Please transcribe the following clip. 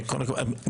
קודם כול,